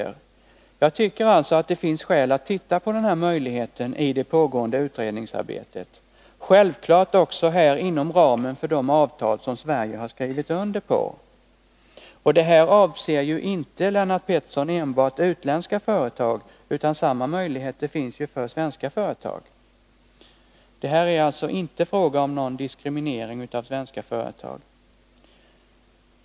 Jag tycker alltså att det finns skäl att titta på den här möjligheten i det pågående utvecklingsarbetet, självklart också här inom ramen för de avtal som Sverige har skrivit under. Detta avser inte, Lennart Pettersson, enbart utländska företag — samma möjligheter finns även för svenska företag. Det är alltså inte fråga om någon diskriminering av svenska företag.